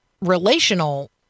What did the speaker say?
relational